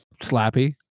Slappy